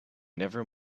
never